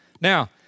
Now